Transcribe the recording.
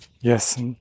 Yes